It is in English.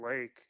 Lake